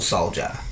Soldier